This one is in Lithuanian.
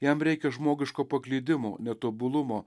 jam reikia žmogiško paklydimo netobulumo